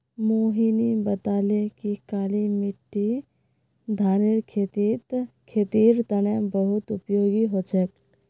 मोहिनी बताले कि काली मिट्टी धानेर खेतीर तने बहुत उपयोगी ह छ